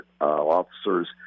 officers